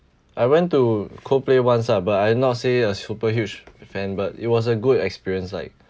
I went to coldplay once ah but I not say a super huge fan but it was a good experience like